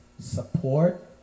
support